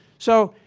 so,